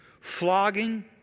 Flogging